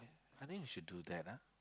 I think we should do that ah